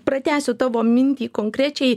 pratęsiu tavo mintį konkrečiai